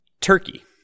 Turkey